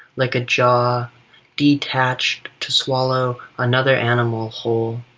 like a jaw detached to swallow another animal whole.